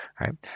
right